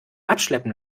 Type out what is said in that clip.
abschleppen